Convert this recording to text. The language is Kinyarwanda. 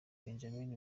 benjamin